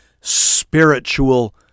spiritual